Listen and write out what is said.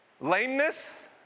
Lameness